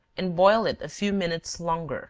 and boil it a few minutes longer